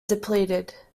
depleted